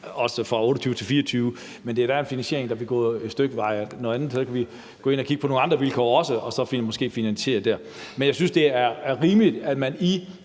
det fra 28 til 24, men det er en finansiering, der vil nå et stykke af vejen. Og vi kan også gå ind og kigge på nogle andre vilkår og så måske finansiere det der. Men jeg synes, det er rimeligt, at man i